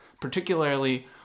Particularly